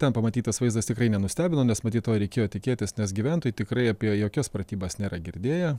ten pamatytas vaizdas tikrai nenustebino nes matyt to ir reikėjo tikėtis nes gyventojai tikrai apie jokias pratybas nėra girdėję